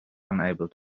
unable